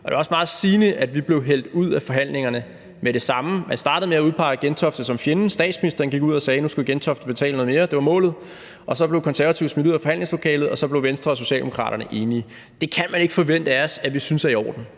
og det er også meget sigende, at vi blev hældt ud af forhandlingerne med det samme. Man startede med at udpege Gentofte som fjenden. Statsministeren gik ud og sagde, at nu skulle Gentofte betale noget mere. Det var målet. Så blev Konservative smidt ud af forhandlingslokalet, og så blev Venstre og Socialdemokratiet enige. Det kan man ikke forvente af os at vi synes er i orden.